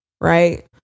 right